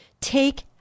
Take